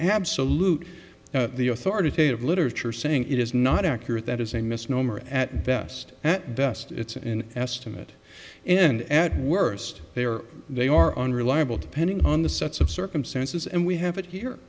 absolute authoritative literature saying it is not accurate that is a misnomer at best at best it's in estimate and at worst they are they are unreliable depending on the sets of circumstances and we have it here